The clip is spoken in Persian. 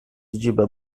جیب